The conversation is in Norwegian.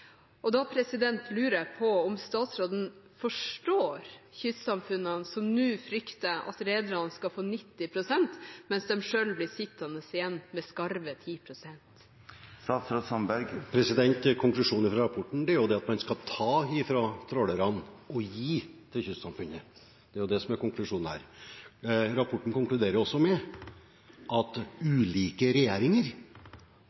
lurer jeg på om statsråden forstår kystsamfunnene, som nå frykter at rederne skal få 90 pst., mens de selv blir sittende igjen med skarve 10 pst. Konklusjonen i rapporten er at man skal ta fra trålerne og gi til kystsamfunnene. Det er det som er konklusjonen. Rapporten konkluderer også med at